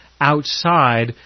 outside